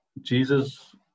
Jesus